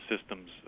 systems